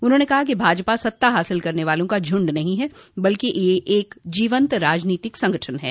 उन्होंने कहा कि भाजपा सत्ता हासिल करने वालों का झड नहीं है बल्कि ये एक जीवंत राजनीतिक संगठन है